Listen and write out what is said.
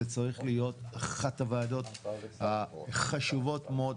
צריך להיות אחת הוועדות החשובות מאוד.